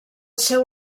seu